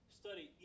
study